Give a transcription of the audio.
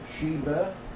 Sheba